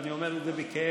ואני אומר את זה בכאב,